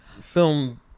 film